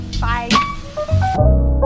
Bye